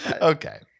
Okay